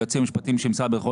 היועצים המשפטיים של משרד הביטחון